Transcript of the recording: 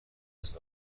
است